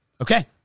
Okay